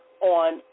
on